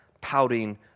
pouting